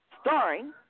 starring